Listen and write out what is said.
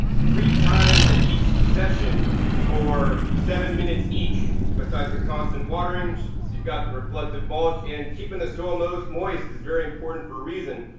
three times at each session for seven minutes each. besides the constant watering she's got the reflective mulch. and keeping the soil moist is very important for a reason.